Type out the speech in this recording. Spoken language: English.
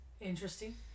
interesting